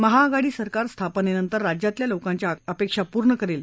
महाआघाडी सरकार स्थापनेनंतर राज्यातल्या लोकांच्या अपेक्षा पूर्ण करेल